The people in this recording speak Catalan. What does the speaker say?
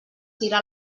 tira